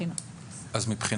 יש בחור בכפר